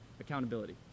accountability